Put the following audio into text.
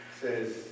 says